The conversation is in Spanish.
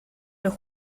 los